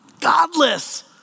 godless